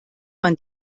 man